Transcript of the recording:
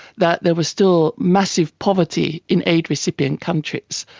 that there was still massive poverty in aid recipient countries,